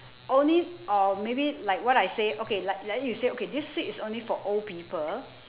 only or maybe like what I say okay like like that you say okay this seat is only for old people